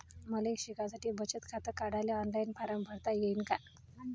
मले शिकासाठी बचत खात काढाले ऑनलाईन फारम भरता येईन का?